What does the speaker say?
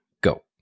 Go